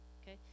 Okay